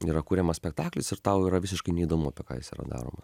yra kuriamas spektaklis ir tau yra visiškai neįdomu apie ką jis yra daroma